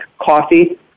coffee